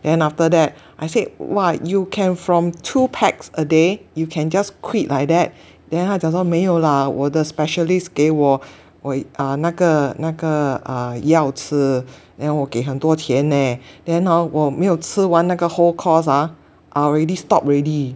then after that I said !wah! you can from two packs a day you can just quit like that then 他讲说没有啦我的 specialist 给我我啊那个那个啊药吃 then 我给很多钱 leh then hor 我没有吃完那个 whole course ah I already stopped already